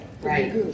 Right